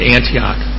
Antioch